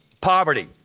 poverty